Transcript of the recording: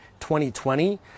2020